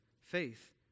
Faith